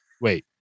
Wait